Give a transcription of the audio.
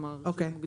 כלומר, שיהיה מוגדר.